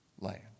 land